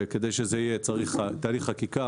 וכדי שזה יהיה צריך תהליך חקיקה,